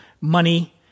money